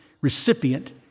recipient